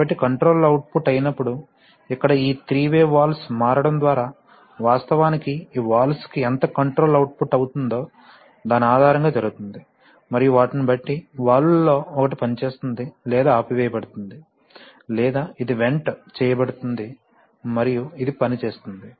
కాబట్టి controller output అయినప్పుడు ఇక్కడ ఈ త్రి వే వాల్వ్స్ మారడం ద్వారా వాస్తవానికి ఈ వాల్వ్స్ కు ఎంత కంట్రోలర్ అవుట్పుట్ అవుతుందో దాని ఆధారంగా జరుగుతుంది మరియు వాటిని బట్టి వాల్వ్స్ లలో ఒకటి పనిచేస్తుంది లేదా ఆపివేయబడుతుంది లేదా ఇది వెంట్ చేయబడుతుంది మరియు ఇది పనిచేస్తుంది